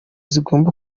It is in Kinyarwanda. zigomba